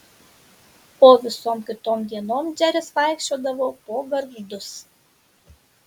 o visom kitom dienom džeris vaikščiodavo po gargždus